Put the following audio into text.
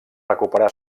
recuperar